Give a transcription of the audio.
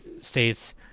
states